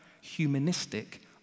humanistic